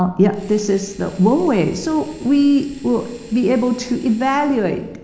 ah yeah this is the one way. so we will be able to evaluate,